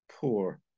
poor